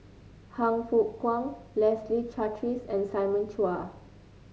Han Fook Kwang Leslie Charteris and Simon Chua